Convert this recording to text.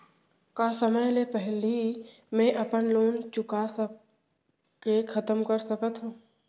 का समय ले पहिली में अपन लोन ला चुका के खतम कर सकत हव?